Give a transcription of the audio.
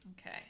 Okay